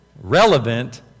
relevant